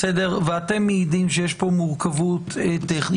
ואתם מעידים שיש פה מורכבות טכנית,